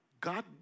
God